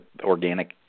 organic